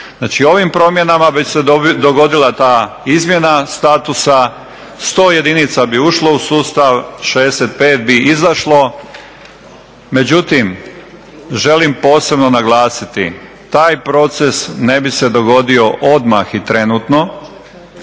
ovim promjenama već se dogodila ta izmjena statusa, 100 jedinica bi ušlo u sustav, 65 bi izašlo. Međutim, želim posebno naglasiti, taj proces ne bi se dogodio odmah i trenutno